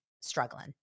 struggling